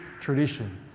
tradition